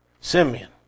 Simeon